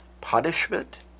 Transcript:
punishment